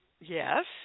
Yes